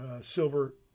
Silver